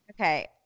okay